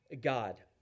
God